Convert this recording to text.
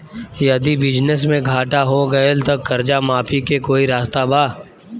यदि बिजनेस मे घाटा हो गएल त कर्जा माफी के कोई रास्ता बा?